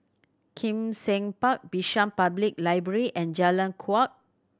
Kim Seng Park Bishan Public Library and Jalan Kuak